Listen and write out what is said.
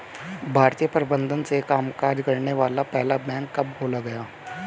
भारतीय प्रबंधन से कामकाज करने वाला पहला बैंक कब खोला गया?